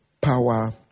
power